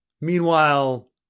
meanwhile